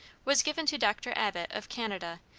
was given to dr. abbot, of canada,